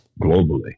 Globally